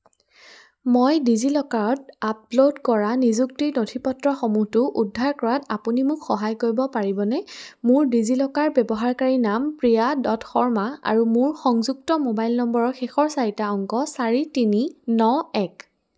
মই ডিজিলকাৰত আপলোড কৰা নিযুক্তিৰ নথিপত্ৰসমূহটো উদ্ধাৰ কৰাত আপুনি মোক সহায় কৰিব পাৰিবনে মোৰ ডিজিলকাৰ ব্যৱহাৰকাৰীনাম প্ৰিয়া শৰ্মা আৰু মোৰ সংযুক্ত মোবাইল নম্বৰৰ শেষৰ চাৰিটা অংক চাৰি তিনি ন এক